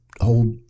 hold